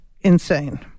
insane